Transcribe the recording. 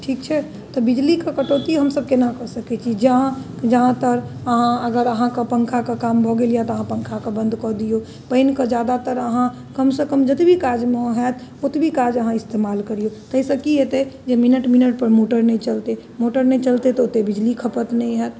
ठीक छै तऽ बिजलीके कटौती हमसब कोना कऽ सकै छी जहाँ तक अहाँ अगर अहाँके पंखाके काम भऽ गेल या तऽ अहाँ पंखाके बन्द कऽ दिऔ पानिके ज्यादातर अहाँ कमसँ कम जतबी काजमे ओ हैत ओतबी काज अहाँ इस्तेमाल करिऔ ताहिसँ की हेतै जे मिनट मिनटपर मोटर नहि चलतै मोटर नहि चलतै तऽ ओतेक बिजली खपत नहि हैत